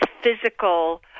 physical